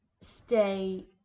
stay